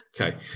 Okay